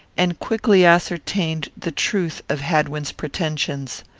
and quickly ascertained the truth of hadwin's pretensions.